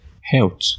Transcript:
health